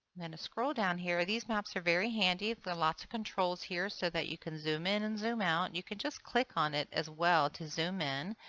and scroll down here. these maps are very handy with lots of controls here so that you can you zoom in and zoom out. you can just click on it as well to zoom in.